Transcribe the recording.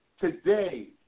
today